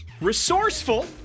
Resourceful